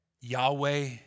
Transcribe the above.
Yahweh